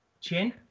Chin